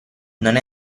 non